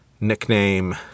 nickname